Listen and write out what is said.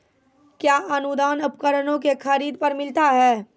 कया अनुदान उपकरणों के खरीद पर मिलता है?